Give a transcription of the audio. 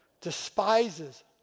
despises